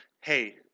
hey